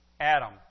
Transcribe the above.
Adam